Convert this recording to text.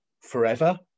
forever